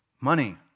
Money